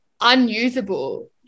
unusable